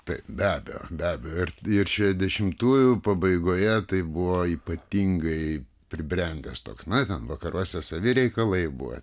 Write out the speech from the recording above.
taip be abejo be abejo ir šešiasdešimtųjų pabaigoje tai buvo ypatingai pribrendęs toks na ten vakaruose savi reikalai buvo